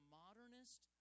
modernist